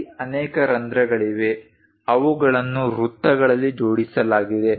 ಅಲ್ಲಿ ಅನೇಕ ರಂಧ್ರಗಳಿವೆ ಅವುಗಳನ್ನು ವೃತ್ತಗಳಲ್ಲಿ ಜೋಡಿಸಲಾಗಿದೆ